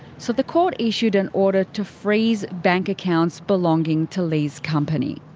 so the court issued an order to freeze bank accounts belonging to leigh's company.